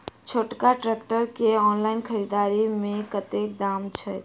छोटका ट्रैक्टर केँ ऑनलाइन खरीददारी मे कतेक दाम छैक?